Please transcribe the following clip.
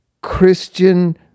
Christian